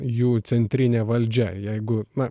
jų centrinė valdžia jeigu na